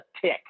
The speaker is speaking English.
tick